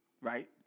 Right